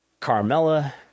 Carmella